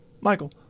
Michael